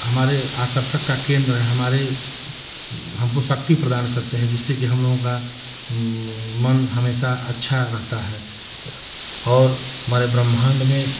हमारे आकर्षण का केन्द्र है हमारे हमको शक्ति प्रदान करते हैं जिससे कि हमलोगों का मन हमेशा अच्छा रहता है और हमारे ब्रह्माण्ड में